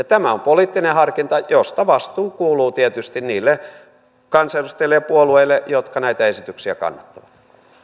tämä on poliittinen harkinta josta vastuu kuuluu tietysti niille kansanedustajille ja puolueille jotka näitä esityksiä kannattavat